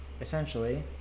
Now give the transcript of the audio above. essentially